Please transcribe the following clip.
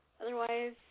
Otherwise